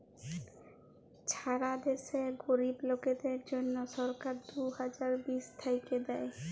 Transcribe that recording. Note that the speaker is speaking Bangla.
ছারা দ্যাশে গরীব লোকদের জ্যনহে সরকার দু হাজার বিশ থ্যাইকে দেই